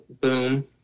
boom